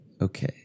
Okay